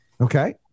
okay